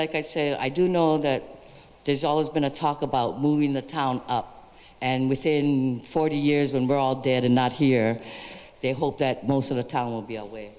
like i say i do know that there's always been a talk about moving the town and within forty years when we're all dead and not here they hope that most of the tower will be away